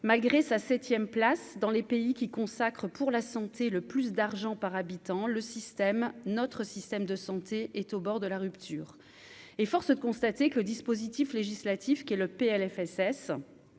malgré sa 7ème place dans les pays qui consacrent pour la santé, le plus d'argent par habitant, le système notre système de santé est au bord de la rupture et force de constater que le dispositif législatif qui est le PLFSS